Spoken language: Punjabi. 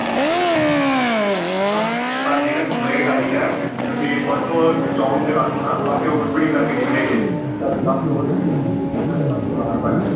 ਭਾਅ ਜੀ ਮੈਂ ਨਾ ਟ੍ਰੈਫਿਕ ਪੁਲਿਸ ਵਾ ਤੁਹਾਡੀ ਨਾ ਕੰਪਲੇਂਟ ਆਈ ਹੈ ਤੁਸੀਂ ਪਰਸੋਂ ਚੌਂਕ ਦੇ ਲਾਗੋਂ ਨਾ ਕਾਫ਼ੀ ਓਵਰ ਸਪੀਡਿੰਗ ਕਰਕੇ ਨਿਕਲੇ ਜੇ ਤੁਹਾਡੀ ਕਾਫ਼ੀ ਓਵਰ ਸਪੀਡਿੰਗ ਸੀ ਇਸ ਕਰਕੇ ਤੁਹਾਨੂੰ ਚਲਾਣ ਪੈਣਾ